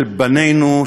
של בנינו,